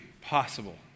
possible